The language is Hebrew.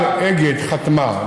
אבל אגד חתמה,